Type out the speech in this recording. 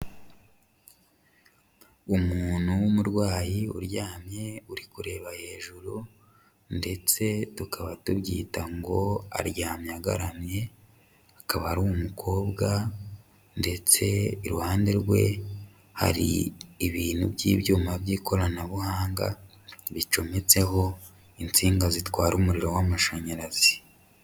Umuntu w'umurwayi uryamye uri kureba hejuru ndetse tukaba tubyita ngo aryamye agaramye, akaba ari umukobwa ndetse iruhande rwe hari ibintu by'ibyuma by'ikoranabuhanga bicometseho insinga zitwara umuriro w'amashanyarazi.